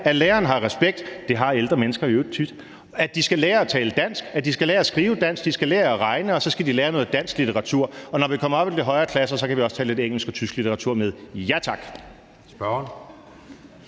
at læreren har respekt – det har ældre mennesker i øvrigt tit – at de skal lære at tale dansk, at de skal lære at skrive dansk, at de skal lære at regne, og så skal de lære noget dansk litteratur. Og når vi kommer op i de højere klasser, kan vi også tage lidt engelsk og tysk litteratur med. Ja tak!